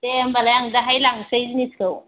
दे होनबालाय आं दाहाय लांसै जिनिसखौ